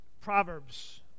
Proverbs